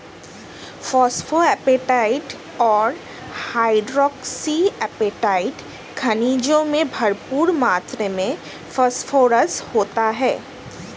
phosphoapatite और hydroxyapatite खनिजों में भरपूर मात्र में फोस्फोरस होता है